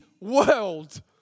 world